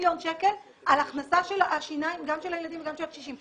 מיליון שקלים על הכנסה של השיניים גם של הילדים וגם של הקשישים.